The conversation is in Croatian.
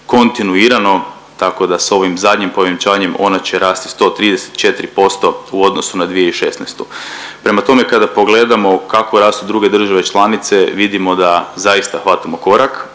kontinuirano, tako da s ovim zadnjim povećanjem ona će rasti 134% u odnosu na 2016. Prema tome, kada pogledamo kako rastu druge države članice, vidimo da zaista hvatamo korak